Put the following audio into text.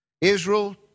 Israel